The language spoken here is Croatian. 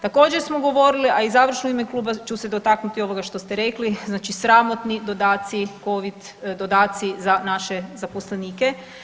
Također smo govorili, a i završno u ime kluba ću se dotaknuti ovoga što ste rekli, znači sramotni dodaci, Covid dodaci za naše zaposlenike.